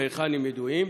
והיכן, אם ידועים?